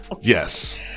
Yes